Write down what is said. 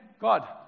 God